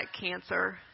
cancer